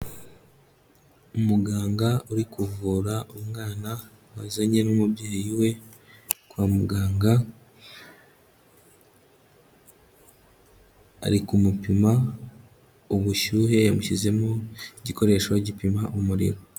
Umuganga uri kuvura umwana wazanye n'umubyeyi we kwa muganga, ari kumupima ubushyuhe yamushyizemo igikoresho gipima umuriro.